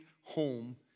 Home